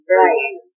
right